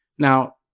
Now